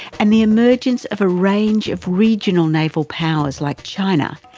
and the emergence of a range of regional naval powers like china,